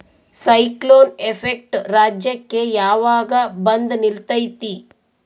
Cyclone effect ರಾಜ್ಯಕ್ಕೆ ಯಾವಾಗ ಬಂದ ನಿಲ್ಲತೈತಿ?